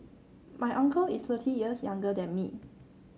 my uncle is thirty years younger than me